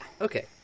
Okay